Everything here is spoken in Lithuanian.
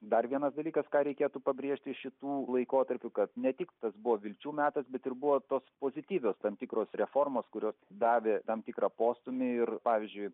dar vienas dalykas ką reikėtų pabrėžti šitu laikotarpiu kad ne tik tas buvo vilčių metas bet ir buvo tos pozityvios tam tikros reformos kurios davė tam tikrą postūmį ir pavyzdžiui